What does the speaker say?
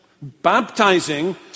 baptizing